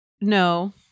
No